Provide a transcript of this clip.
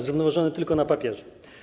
Zrównoważony tylko na papierze.